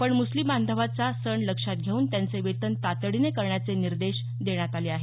पण मुस्लिम बांधवांचा सण लक्षात घेऊन त्यांचे वेतन तातडीने करण्याचे निर्देश देण्यात आले आहेत